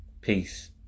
Peace